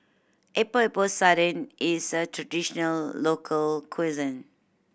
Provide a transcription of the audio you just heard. Epok Epok Sardin is a traditional local cuisine